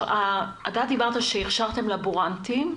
אתה אמרת שהכשרתם לבורנטים.